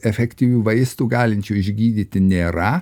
efektyvių vaistų galinčių išgydyti nėra